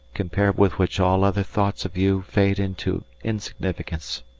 compared with which all other thoughts of you fade into insignificance.